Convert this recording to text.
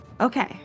okay